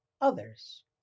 others